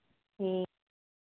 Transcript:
ठीक